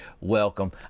welcome